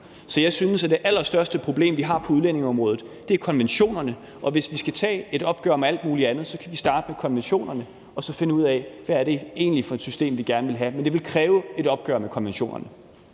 Så jeg synes, at det allerstørste problem, vi har på udlændingeområdet, er konventionerne, og hvis vi skal tage et opgør med alt muligt andet, kan vi starte med konventionerne og så finde ud af, hvad det egentlig er for et system, vi gerne vil have, men det vil kræve et opgør med konventionerne.